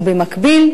ובמקביל,